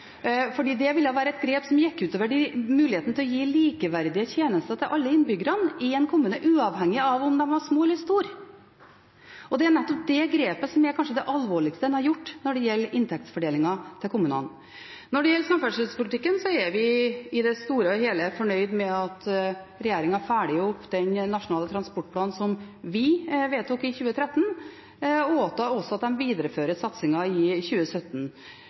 fordi det ville være et grep som gikk ut over muligheten til å gi likeverdige tjenester til alle innbyggerne i en kommune, uavhengig av om den var liten eller stor. Det er nettopp det grepet som kanskje er det alvorligste en har tatt når det gjelder inntektsfordelingen til kommunene. Når det gjelder samferdselspolitikken, er vi i det store og hele fornøyd med at regjeringen følger opp den nasjonale transportplanen som vi vedtok i 2013, og at de viderefører satsingen i 2017.